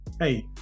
hey